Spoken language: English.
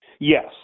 Yes